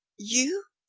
you!